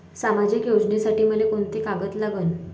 सामाजिक योजनेसाठी मले कोंते कागद लागन?